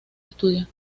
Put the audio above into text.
estudios